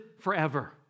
forever